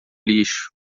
lixo